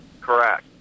Correct